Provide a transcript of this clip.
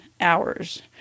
hours